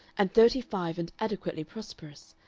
and thirty-five and adequately prosperous,